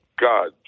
God